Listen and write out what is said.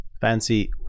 fancy